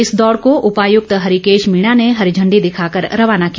इस दौड़ को उपायुक्त हरिकेश मीणा ने हरि झण्डी दिखाकर रवाना किया